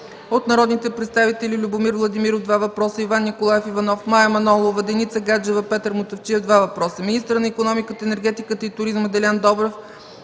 от народните представители Любомир Владимиров – два въпроса, Иван Николаев Иванов, Мая Манолова, Деница Гаджева, и Петър Мутафчиев – два въпроса. Министърът на икономиката, енергетиката и туризма Делян Добрев